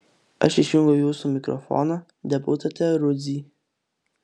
aš išjungiau jūsų mikrofoną deputate rudzy